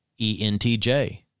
ENTJ